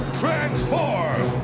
transform